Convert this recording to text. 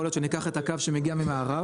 יכול להיות שניקח את הקו שמגיע ממערב